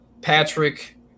Patrick